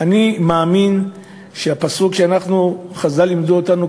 אני מאמין שהפסוק שחז"ל לימדו אותנו,